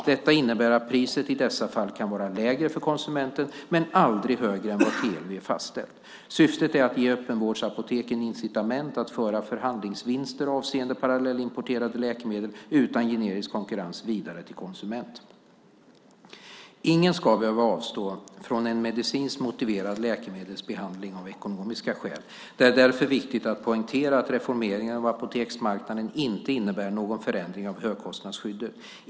Detta innebär att priset i dessa fall kan vara lägre för konsumenten, men aldrig högre än vad TLV fastställt. Syftet är att ge öppenvårdsapoteken incitament att föra förhandlingsvinster avseende parallellimporterade läkemedel utan generisk konkurrens vidare till konsument. Ingen ska behöva avstå från en medicinskt motiverad läkemedelsbehandling av ekonomiska skäl. Det är därför viktigt att poängtera att reformeringen av apoteksmarknaden inte innebär någon förändring av högkostnadsskyddet.